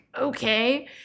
okay